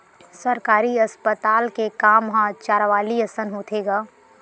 सरकारी अस्पताल के काम ह चारवाली असन होथे गा